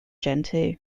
gentoo